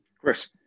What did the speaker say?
Chris